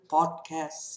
Podcast